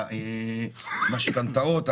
המשכנתאות,